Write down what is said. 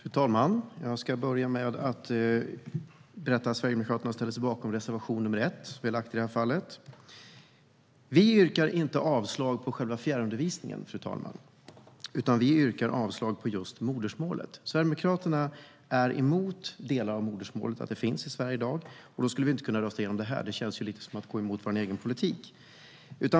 Fru talman! Jag ska börja med att berätta att vi sverigedemokrater ställer oss bakom reservation 1. Vi yrkar inte avslag på förslaget om fjärrundervisning, utan vi yrkar avslag på förslaget om just modersmålsundervisning. Sverigedemokraterna är emot att modersmålsundervisning finns i Sverige i dag. Därför skulle vi inte kunna rösta igenom utskottets förslag. Det skulle kännas lite som att gå emot vår egen politik.